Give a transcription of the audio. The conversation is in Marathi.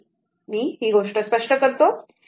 मी ही गोष्ट स्पष्ट करतो